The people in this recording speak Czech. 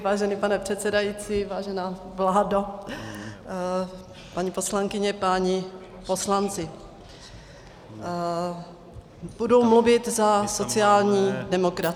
Vážený pane předsedající, vážená vládo, paní poslankyně, páni poslanci, budu mluvit za sociální demokracii.